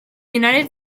united